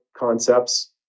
Concepts